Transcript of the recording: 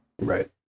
Right